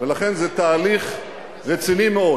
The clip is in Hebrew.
ולכן זה תהליך רציני מאוד.